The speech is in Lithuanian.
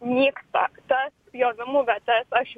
nyksta tas pjovimų vietas aš